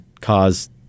cause